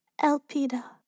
Elpida